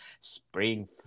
spring